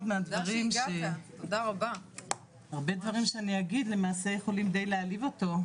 מהדברים שאני אגיד למעשה יכולים די להעליב אותו,